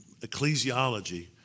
ecclesiology